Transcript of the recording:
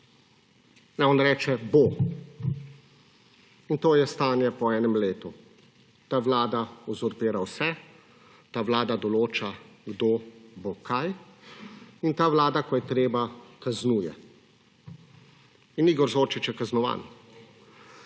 On reče – bo. In to je stanje po enem letu. Ta vlada uzurpira vse, ta vlada določa, kdo bo kaj in ta vlada, ko je treba, kaznuje. In Igor Zorčič je kaznovan.